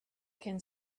can